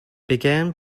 began